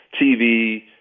TV